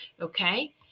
Okay